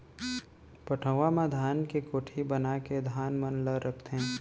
पटउहां म धान के कोठी बनाके धान मन ल रखथें